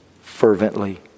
fervently